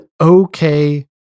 okay